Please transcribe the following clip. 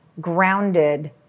grounded